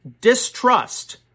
distrust